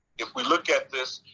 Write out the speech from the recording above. if we look at this,